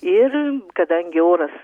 ir kadangi oras